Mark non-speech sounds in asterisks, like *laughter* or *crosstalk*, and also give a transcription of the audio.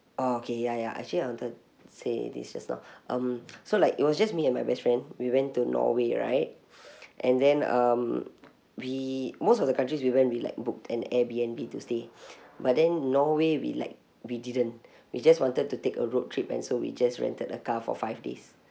oh okay ya ya actually I wanted to say this just now *breath* um so like it was just me and my best friend we went to norway right *breath* and then um we most of the countries we went we like booked an AirB_N_B to stay *breath* but then norway we like we didn't we just wanted to take a road trip and so we just rented a car for five days